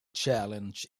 challenge